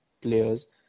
players